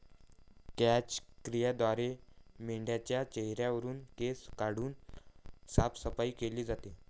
क्रॅच क्रियेद्वारे मेंढाच्या चेहऱ्यावरुन केस काढून साफसफाई केली जाते